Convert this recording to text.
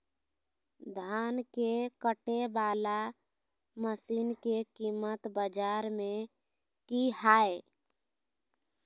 धान के कटे बाला मसीन के कीमत बाजार में की हाय?